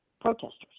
protesters